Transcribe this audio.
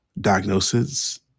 diagnosis